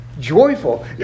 joyful